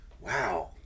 Wow